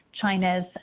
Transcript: China's